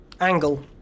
angle